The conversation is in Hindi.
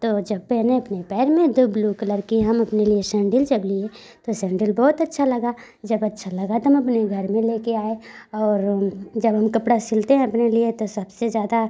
तो जब पहने अपने पैर में तो ब्लू कलर के हम अपने लिए सैंडिल जब लिए तो सैंडिल बहुत अच्छा लगा जब अच्छा लगा तब हम अपने घर में ले कर आए और जब हम कपड़ा सिलते हैं अपने लिए तो सबसे ज़्यादा